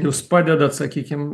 jūs padedat sakykim